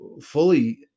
fully